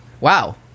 Wow